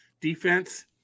defense